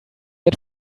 get